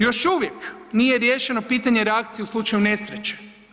Još uvijek nije riješeno pitanje reakcije u slučaju nesreće.